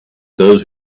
those